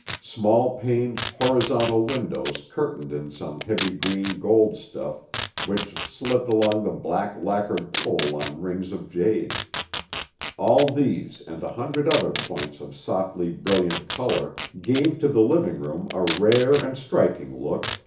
small-paned, horizontal windows curtained in some heavy green-gold stuff which slipped along the black lacquered pole on rings of jade all these and a hundred other points of softly brilliant color gave to the living-room a rare and striking look,